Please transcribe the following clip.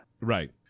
Right